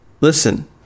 Listen